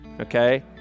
okay